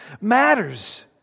matters